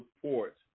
support